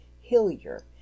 Hillier